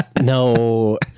No